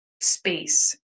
space